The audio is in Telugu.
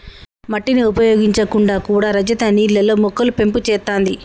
మట్టిని ఉపయోగించకుండా కూడా రజిత నీళ్లల్లో మొక్కలు పెంపు చేత్తాంది